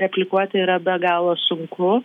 replikuoti yra be galo sunku